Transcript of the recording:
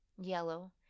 yellow